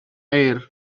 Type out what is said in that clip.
air